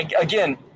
Again